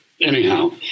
Anyhow